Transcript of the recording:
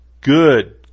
good